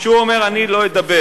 כשהוא אומר, אני לא אדבר